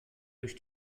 durch